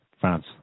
France